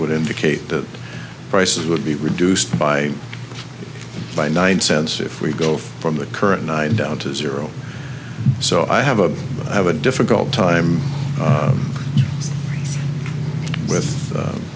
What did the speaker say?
would indicate that prices would be reduced by by nine cents if we go from the current nine down to zero so i have a i have a difficult time with